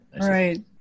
Right